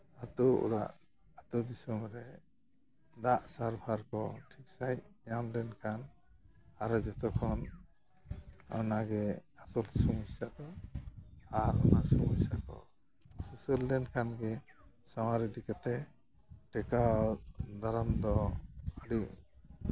ᱟᱛᱳ ᱚᱲᱟᱜ ᱟᱛᱳ ᱫᱤᱥᱚᱢ ᱨᱮ ᱫᱟᱜ ᱥᱟᱨᱵᱷᱟᱨ ᱠᱚ ᱴᱷᱤᱠ ᱥᱟᱺᱦᱤᱡ ᱧᱟᱢ ᱞᱮᱱᱠᱷᱟᱱ ᱟᱞᱮ ᱡᱚᱛᱚᱠᱷᱚᱱ ᱚᱱᱟᱜᱮ ᱟᱛᱳ ᱫᱤᱥᱚᱢ ᱦᱤᱥᱟᱹᱵ ᱫᱚ ᱟᱨ ᱚᱱᱟ ᱥᱚᱢᱚᱥᱥᱟ ᱠᱚ ᱥᱩᱥᱟᱹᱨ ᱞᱮᱱᱠᱷᱟᱱ ᱜᱮ ᱥᱟᱶᱟᱨ ᱤᱫᱤ ᱠᱟᱛᱮ ᱴᱮᱠᱟᱣ ᱫᱟᱨᱟᱢ ᱫᱚ ᱟᱹᱰᱤ